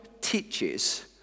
teaches